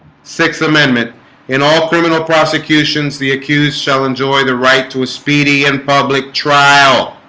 sixth amendment in all criminal prosecutions the accused shall enjoy the right to a speedy and public trial